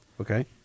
Okay